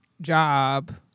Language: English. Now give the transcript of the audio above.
job